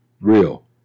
real